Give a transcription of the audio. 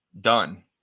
Done